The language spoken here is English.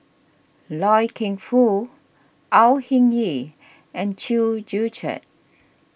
Loy Keng Foo Au Hing Yee and Chew Joo Chiat